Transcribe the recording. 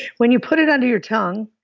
when you put it under your tongue,